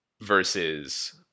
versus